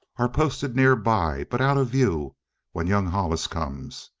are posted nearby, but out of view when young hollis comes.